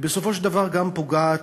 ובסופו של דבר גם פוגעת